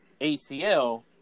ACL